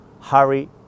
hurry